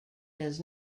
does